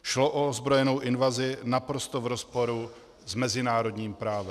Šlo o ozbrojenou invazi naprosto v rozporu s mezinárodním právem.